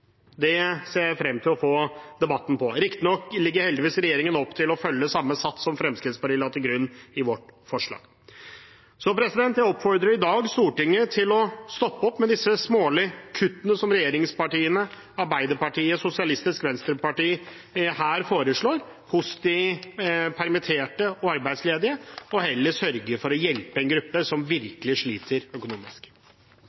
Det ser jeg frem til å få debatt om. Riktignok legger heldigvis regjeringen opp til å følge samme sats som Fremskrittspartiet la til grunn i sitt forslag. Jeg oppfordrer i dag Stortinget til å stoppe disse smålige kuttene som regjeringspartiene, Arbeiderpartiet og Sosialistisk Venstreparti her foreslår for de permitterte og arbeidsledige, og heller sørge for å hjelpe en gruppe som